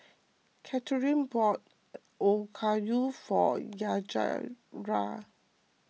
Catharine bought Okayu for Yajaira